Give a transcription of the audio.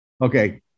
Okay